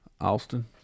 Austin